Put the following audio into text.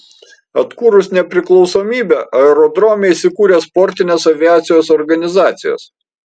atkūrus nepriklausomybę aerodrome įsikūrė sportinės aviacijos organizacijos